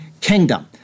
kingdom